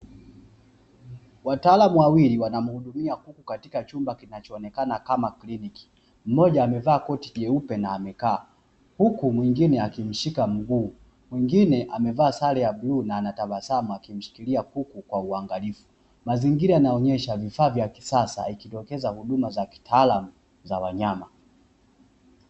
Wataalamu wawili wanamuhudumia kuku katika chumba kinachoonekena kama kliniki, mmoja amevaa koti jeupe na amekaaa huku mwingine amemshika mguu, mwingine amevaa sare ya bluu na ana tabasamu, akimshikilia kuku kwa uangalifu. Mazingira yanaonyesha vifaa vya kisasa ikidokeza huduma za kitaalamu za wanyama.